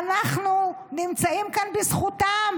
ואנחנו נמצאים כאן בזכותם,